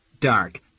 Dark